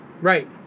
Right